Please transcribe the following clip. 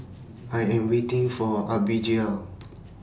I Am waiting For Abbigail